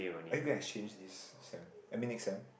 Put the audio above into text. are you going exchange this sem I mean next sem